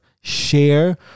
share